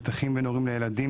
מתחים בין הורים לילדים.